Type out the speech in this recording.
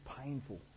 painful